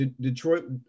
Detroit